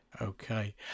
Okay